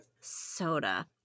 Soda